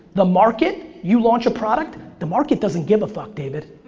the market? you launch a product, the market doesn't give a fuck, david.